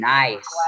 nice